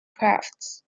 crafts